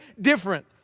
different